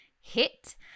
hit